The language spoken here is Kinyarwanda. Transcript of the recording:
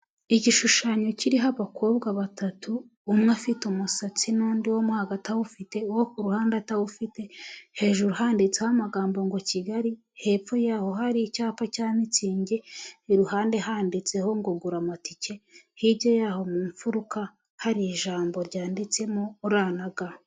Igishushanyo kiriho abakobwa batatu, umwe afite umusatsi n'undi wo mo hagati awufite uwo ku ruhande atawufite, hejuru handitseho amagambo ngo Kigali, hepfo yaho hari icyapa cya mitsingi, iruhande handitseho ngo gura amatike, hirya yaho mu mfuruka hari ijambo ryanditsemo ra na ga .